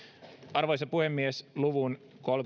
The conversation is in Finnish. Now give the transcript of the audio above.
arvoisa puhemies luvun kolmekymmentäkaksi